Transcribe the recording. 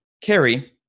Carrie